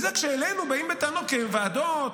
וזה כשאלינו באים בטענות כוועדות,